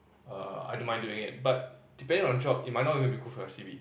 uh I don't mind doing it but depending on your job it might not even be good for your c_v